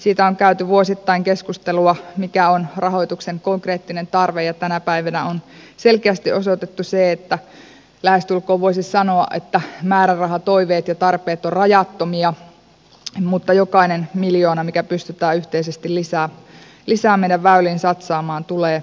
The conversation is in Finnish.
vuosittain on käyty keskustelua siitä mikä on rahoituksen konkreettinen tarve ja tänä päivänä on selkeästi osoitettu se että lähestulkoon voisi sanoa että määrärahatoiveet ja tarpeet ovat rajattomia mutta jokainen miljoona mikä pystytään yhteisesti lisää meidän väyliin satsaamaan tulee tärkeään tarpeeseen